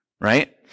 Right